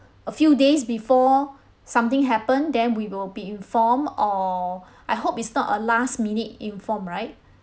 a few days before something happen then we will be informed or I hope it's not a last minute inform right